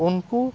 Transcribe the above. ᱩᱱᱠᱩ